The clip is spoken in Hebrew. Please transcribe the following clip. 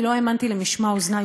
באמת, אני לא האמנתי למשמע אוזני: